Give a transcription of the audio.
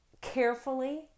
carefully